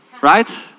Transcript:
Right